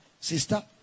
Sister